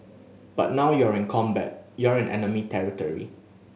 but now you're in combat you're in enemy territory